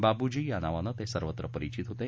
बाबुजी या नावानं ते सर्वत्र परिचित होते